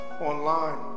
online